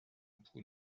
پول